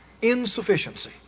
insufficiency